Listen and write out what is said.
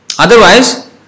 Otherwise